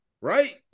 right